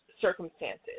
circumstances